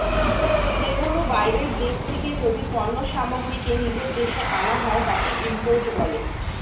যে কোনো বাইরের দেশ থেকে যদি পণ্য সামগ্রীকে নিজের দেশে আনা হয়, তাকে ইম্পোর্ট বলে